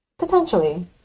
potentially